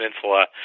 Peninsula